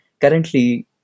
Currently